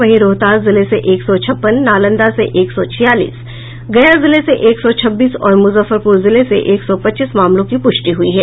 वहीं रोहतास जिले से एक सौ छप्पन नालंदा से एक सौ छियालीस गया जिले से एक सौ छब्बीस और मुजफ्फरपुर जिले से एक सौ पच्चीस मामलों की पुष्टि हुई है